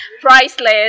priceless